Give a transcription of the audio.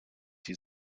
die